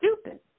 stupid